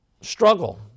struggle